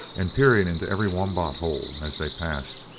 and peering into every wombat hole as they passed.